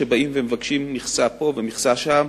שבאים ומבקשים מכסה פה ומכסה שם,